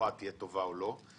התשואה תהיה טובה או לא,